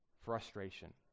frustration